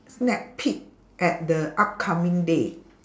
snack peak at the upcoming day